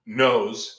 knows